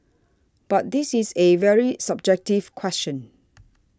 but this is a very subjective question